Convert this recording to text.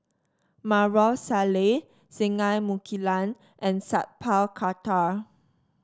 Maarof Salleh Singai Mukilan and Sat Pal Khattar